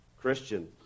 Christian